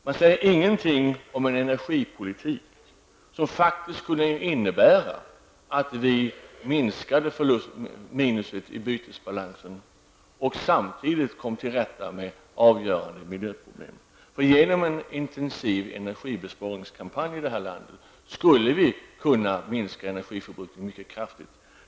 Man säger ingenting om en energipolitik som faktiskt skulle innebära att vi minskade minusposten i bytesbalansen och samtidigt kom till rätta med avgörande miljöproblem. Genom en intensiv energibesparingskampanj i detta land skulle vi kunna minska energiförbrukningen mycket kraftigt.